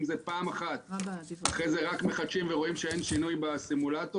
אם זה פעם אחת ואחרי זה רק מחדשים ורואים שאין שינוי בסימולטור,